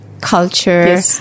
culture